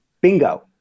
Bingo